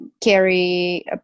Carry